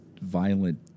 violent